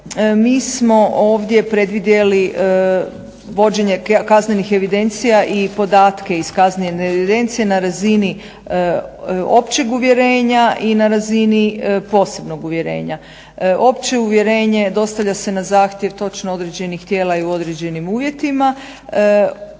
mi smo ovdje predvidjeli vođenje kaznenih evidencija i podatke iz kaznene evidencije na razini općeg uvjerenja i na razini posebnog uvjerenja. Opće uvjerenje dostavlja se na zahtjev točno određenih tijela i u određenim uvjetima.